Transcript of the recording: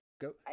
Go